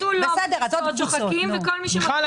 מיכל,